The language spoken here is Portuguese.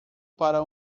para